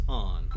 on